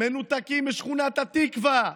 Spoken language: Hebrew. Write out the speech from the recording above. מנותקים משכונת התקווה,